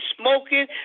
smoking